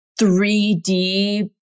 3D